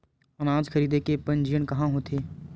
अनाज खरीदे के पंजीयन कहां होथे?